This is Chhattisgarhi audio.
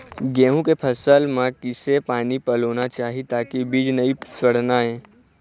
गेहूं के फसल म किसे पानी पलोना चाही ताकि बीज नई सड़ना ये?